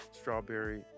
Strawberry